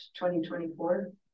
2024